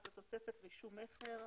רשם המקרקעין.